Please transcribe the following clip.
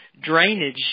drainage